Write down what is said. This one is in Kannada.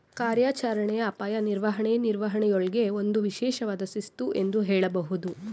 ಕಾರ್ಯಾಚರಣೆಯ ಅಪಾಯ ನಿರ್ವಹಣೆ ನಿರ್ವಹಣೆಯೂಳ್ಗೆ ಒಂದು ವಿಶೇಷವಾದ ಶಿಸ್ತು ಎಂದು ಹೇಳಬಹುದು